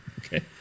Okay